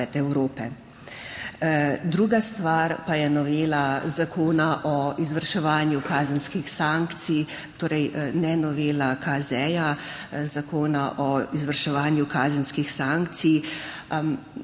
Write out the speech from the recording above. Evrope. Druga stvar pa je novela Zakona o izvrševanju kazenskih sankcij, torej ne novela KZ, Zakona o izvrševanju kazenskih sankcij.